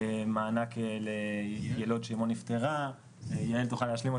מענק לילוד שאמו נפטרה, ויעל תוכל להשלים.